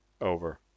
Over